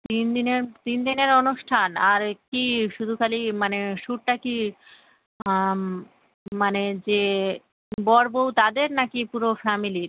তিন দিনের তিন দিনের অনুষ্ঠান আর কি শুধু খালি মানে শ্যুটটা কি মানে যে বর বউ তাদের নাকি পুরো ফ্যামিলির